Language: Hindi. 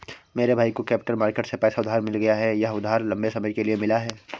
मेरे भाई को कैपिटल मार्केट से पैसा उधार मिल गया यह उधार लम्बे समय के लिए मिला है